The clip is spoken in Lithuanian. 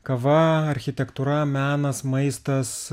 kava architektūra menas maistas